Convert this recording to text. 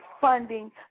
funding